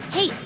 Hey